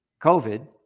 COVID